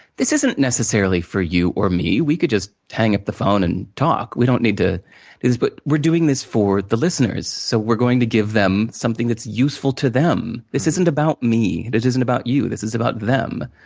this isn't necessarily for you or me, we could just hang up the phone and talk, we don't need to but, we're doing this for the listeners. so we're going to give them something that's useful to them. this isn't about me, this isn't about you. this is about them.